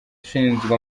ushinzwe